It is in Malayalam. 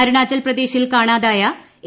അരുണാചൽ പ്രദേശിൽ കാണാതായ എ